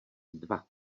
dva